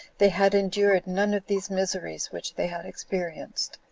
they had endured none of these miseries which they had experienced.